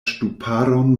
ŝtuparon